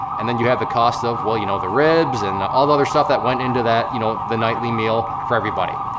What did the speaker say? and then you have the cost of well, you know, the ribs and all the other stuff that went into that, you know, the nightly meal for everybody.